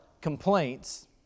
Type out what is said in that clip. complaints